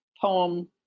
poem